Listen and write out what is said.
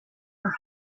her